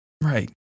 right